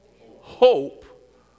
hope